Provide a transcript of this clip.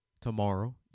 tomorrow